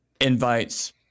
invites